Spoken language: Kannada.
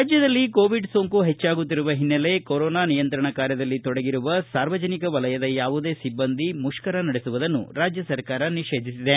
ರಾಜ್ಯದಲ್ಲಿ ಕೋವಿಡ್ ಸೋಂಕು ಹೆಚ್ಚಾಗುತ್ತಿರುವ ಹಿನ್ನೆಲೆ ಕೊರೋನಾ ನಿಯಂತ್ರಣ ಕಾರ್ಯದಲ್ಲಿ ತೊಡಗಿರುವ ಸಾರ್ವಜನಿಕ ವಲಯದ ಯಾವುದೇ ಸಿಬ್ಬಂದಿ ಮುಷ್ಕರ ನಡೆಸುವುದನ್ನು ರಾಜ್ಯ ಸರ್ಕಾರ ನಿಷೇಧಿಸಿದೆ